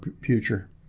future